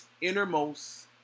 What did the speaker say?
innermost